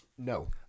No